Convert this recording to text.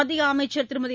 மத்திய அமைச்சர் திருமதி